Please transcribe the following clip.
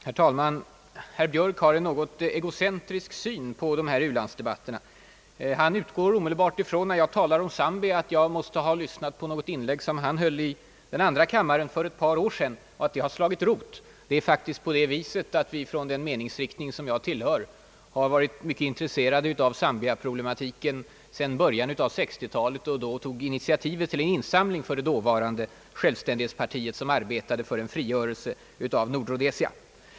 Herr talman! Herr Björk har en något egocentrisk syn på våra u-landsdebatter. När jag talar om Zambia utgår han omedelbart från att jag måste ha lyssnat till något inlägg som han höll i den andra kammaren för ett par år sedan och att det har slagit rot i mig. Det är faktiskt på det viset, att vi inom den meningsriktning jag företräder har varit mycket intresserade av Zambia-problematiken sedan början av 1960-talet. Då tog vi initiativ till en insamling för det dåvarande självständighetspartiet som arbetade för en frigörelse av Nordrhodesia.